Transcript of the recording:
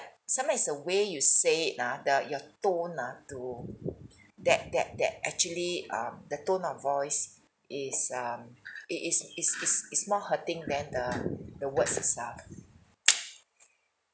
sometimes it's the way you say ah the your tone ah to that that that actually um the tone of voice is um it is is is more hurting than the the words itself